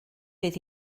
fydd